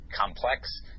complex